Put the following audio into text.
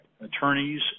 attorneys